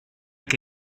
che